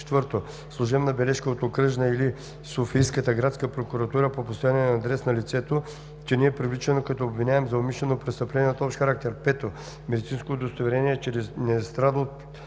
4. служебна бележка от Окръжната или Софийската градска прокуратура по постоянен адрес на лицето, че не е привлечено като обвиняем за умишлено престъпление от общ характер; 5. медицинско удостоверение, че не страда